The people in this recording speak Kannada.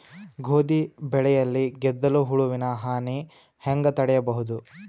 ಗೋಧಿ ಬೆಳೆಯಲ್ಲಿ ಗೆದ್ದಲು ಹುಳುವಿನ ಹಾನಿ ಹೆಂಗ ತಡೆಬಹುದು?